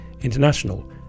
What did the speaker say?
International